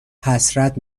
حسرت